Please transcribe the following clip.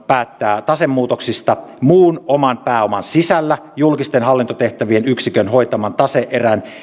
päättää tasemuutoksista muun oman pääoman sisällä julkisten hallintotehtävien yksikön hoitaman tase erän